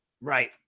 Right